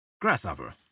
grasshopper